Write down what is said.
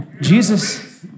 Jesus